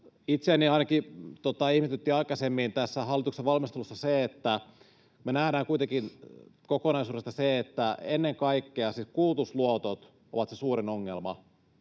Itseäni ainakin ihmetytti aikaisemmin tässä hallituksen valmistelussa se, että vaikka me nähdään kokonaisuudesta se, että ennen kaikkea siis kulutusluotot ovat se suurin ongelma,